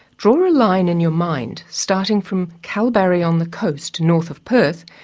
draw a line in your mind starting from kalbarri on the coast north of perth,